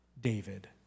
David